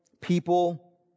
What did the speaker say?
people